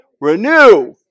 Renew